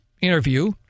interview